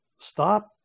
Stop